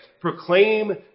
proclaim